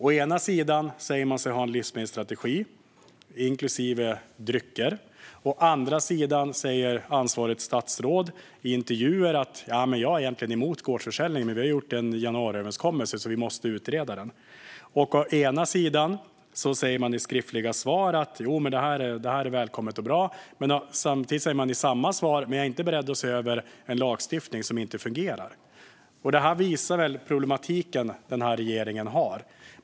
Å ena sidan säger man sig ha en livsmedelsstrategi, inklusive drycker, men å andra sidan säger ansvarigt statsråd i intervjuer att hon egentligen är emot gårdsförsäljning, men på grund av januariöverenskommelsen måste man utreda frågan. Å ena sidan sägs i skriftliga svar att detta är välkommet och bra, men å andra sidan sägs i samma svar att man inte är beredd att se över en lagstiftning som inte fungerar. Detta visar på den problematik som regeringen har.